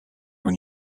when